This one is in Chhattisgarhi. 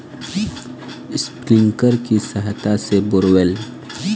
गेहूं के फसल म किसे पानी पलोना चाही ताकि बीज नई सड़ना ये?